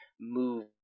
move